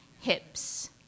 Hips